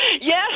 yes